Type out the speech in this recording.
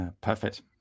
Perfect